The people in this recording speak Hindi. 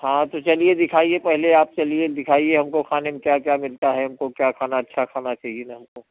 हाँ तो चलिए दिखाइए पहले आप चलिए दिखाइए हमको खाने में क्या क्या मिलता है हमको क्या खाना अच्छा खाना चहिए ला हमको